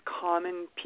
common